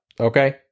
okay